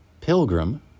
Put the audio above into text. pilgrim